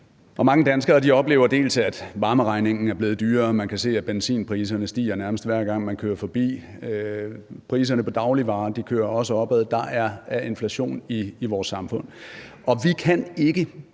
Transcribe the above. mange danskere oplever, at bl.a. varmeregningen er blevet dyrere; man kan se, at benzinpriserne stiger, nærmest hver gang man kører forbi, og at priserne på dagligvarer også kører opad. Der er inflation i vores samfund. Og vi kan ikke